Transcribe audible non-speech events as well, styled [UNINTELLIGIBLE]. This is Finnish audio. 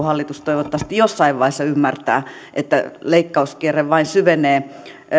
[UNINTELLIGIBLE] hallitus toivottavasti jossain vaiheessa ymmärtää että leikkauskierre vain syvenee